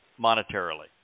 monetarily